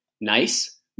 nice